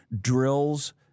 drills